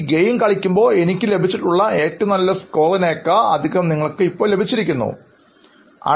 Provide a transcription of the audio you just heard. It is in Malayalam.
ഈ ഗെയിം കളിക്കുമ്പോൾ എനിക്ക് ലഭിച്ചിട്ടുള്ള ഏറ്റവും വലിയ സ്കോർ എന്നതിനേക്കാൾ അധികം സ്കോർ നിങ്ങൾക്ക് കിട്ടിയിട്ടുണ്ട്